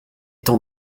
temps